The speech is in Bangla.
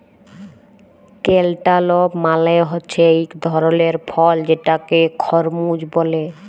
ক্যালটালপ মালে হছে ইক ধরলের ফল যেটাকে খরমুজ ব্যলে